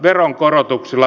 veronkorotuksilla